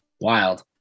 Wild